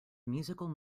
musical